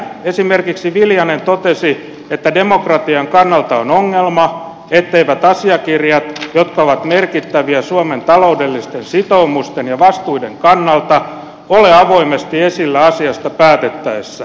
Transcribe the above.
esimerkiksi viljanen totesi että demokratian kannalta on ongelma etteivät asiakirjat jotka ovat merkittäviä suomen taloudellisten sitoumusten ja vastuiden kannalta ole avoimesti esillä asiasta päätettäessä